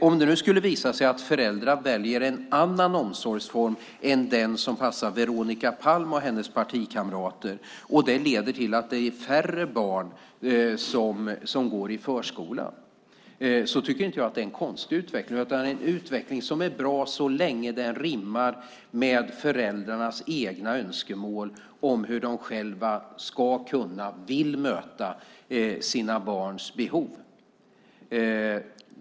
Om det nu skulle visa sig att föräldrar väljer en annan omsorgsform än den som passar Veronica Palm och hennes partikamrater och det leder till att det blir färre barn som går i förskola, tycker jag inte att det är en konstig utveckling utan en utveckling som är bra så länge den rimmar med föräldrarnas egna önskemål om att själva möta sina barns behov.